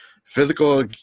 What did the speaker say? Physical